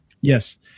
Yes